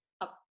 up